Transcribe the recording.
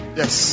yes